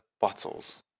bottles